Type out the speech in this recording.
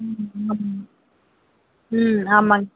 ம் ஆமாம் ம் ஆமாம்ங்